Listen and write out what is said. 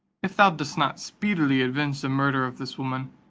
if thou dost not speedily avenge the murder of this woman,